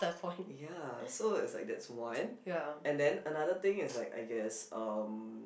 ya so it's like that's one and then another thing is like I guess um